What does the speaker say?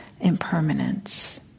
impermanence